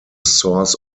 source